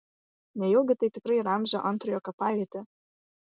nejaugi tai tikrai ramzio antrojo kapavietė